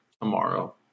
tomorrow